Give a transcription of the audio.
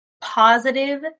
positive